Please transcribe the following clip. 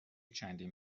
چندین